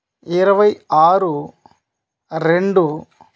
ఇరవై ఆరు రెండు